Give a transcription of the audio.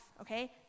okay